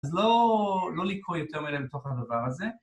אז לא, לא לקרוא יותר מדי בתוך הדבר הזה